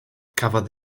cafodd